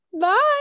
Bye